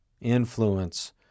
influence